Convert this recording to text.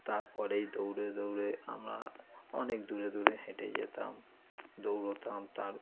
তার পরেই দৌড়ে দৌড়ে আমরা অনেক দূরে দূরে হেঁটে যেতাম দৌড়োতাম তার